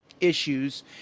issues